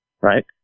right